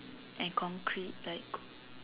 and concrete like